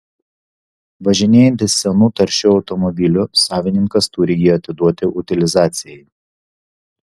važinėjantis senu taršiu automobiliu savininkas turi jį atiduoti utilizacijai